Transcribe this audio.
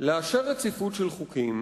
לאשר רציפות של חוקים